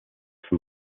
from